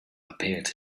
appeared